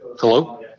Hello